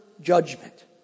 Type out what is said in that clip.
judgment